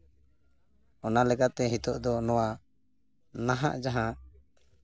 ᱚᱱᱟ ᱞᱮᱠᱟᱛᱮ ᱱᱤᱛᱳᱜ ᱫᱚ ᱱᱚᱣᱟ ᱱᱟᱦᱟᱜ ᱡᱟᱦᱟᱸ